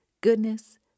goodness